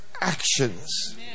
actions